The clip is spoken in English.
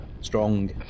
Strong